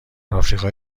آفریقای